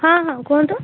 ହଁ ହଁ କୁହନ୍ତୁ